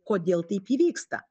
kodėl taip įvyksta